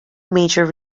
major